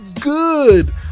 good